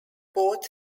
both